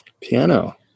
Piano